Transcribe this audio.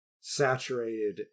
saturated